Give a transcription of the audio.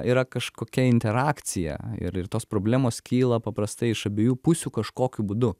yra kažkokia interakcija ir ir tos problemos kyla paprastai iš abiejų pusių kažkokiu būdu